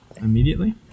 immediately